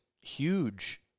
huge